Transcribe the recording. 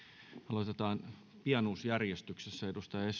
aloitetaan pienuusjärjestyksessä